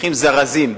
צריכים זרזים,